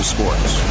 Sports